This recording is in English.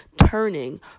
Turning